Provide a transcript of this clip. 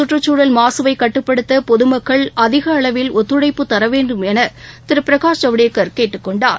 கற்றுச்சூழல் மாகவைகட்டுப்படுத்தபொதுமக்கள் அதிகளவில் ஒத்துழைப்பு தரவேண்டும் எனதிருபிரகாஷ் ஜவ்டேகள் கேட்டுக்கொண்டார்